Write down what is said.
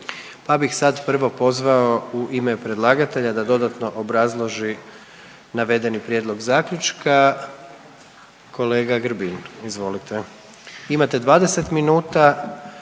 pa bih sad prvo pozvao u ime predlagatelja da dodatno obrazloži navedeni Prijedlog Zaključka kolega Grbin, izvolite. Imate 20 minuta